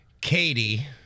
Katie